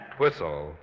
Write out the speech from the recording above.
whistle